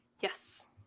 Yes